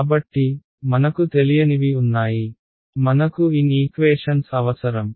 కాబట్టి మనకు తెలియనివి ఉన్నాయి మనకు n ఈక్వేషన్స్ అవసరం